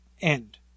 end